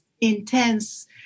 intense